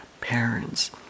parents